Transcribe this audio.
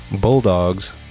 bulldogs